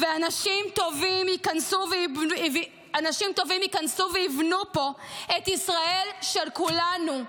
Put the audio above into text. ואנשים טובים ייכנסו ויבנו פה את ישראל של כולנו.